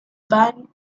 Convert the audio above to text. van